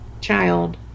child